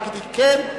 תגידי כן,